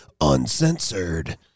uncensored